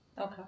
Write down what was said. Okay